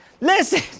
Listen